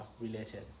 related